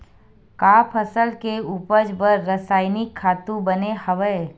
का फसल के उपज बर रासायनिक खातु बने हवय?